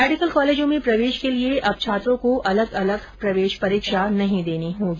medical कॉलेजों में प्रवेश के लिये अब छात्रो को अलग अलग प्रवेश परीक्षा नहीं देनी होगी